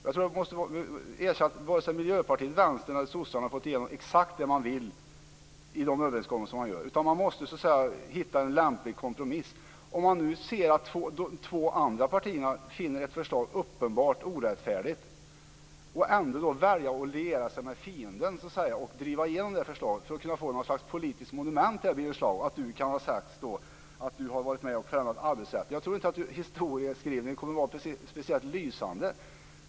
Jag måste erkänna att varken Miljöpartiet, Vänstern eller Socialdemokraterna har fått igenom exakt det man vill i de överenskommelser som träffas, utan man måste så att säga hitta en lämplig kompromiss. Om man ser att de två andra partierna finner ett förslag uppenbart orättfärdigt och man ändå väljer att så att säga liera sig med fienden och driva igenom det förslaget för att kunna få ett slags politiskt monument - att det kan sägas att Birger Schlaug har varit med och förändrat arbetsrätten - tror jag inte att historieskrivningen kommer att vara speciellt lysande.